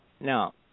Now